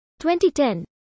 2010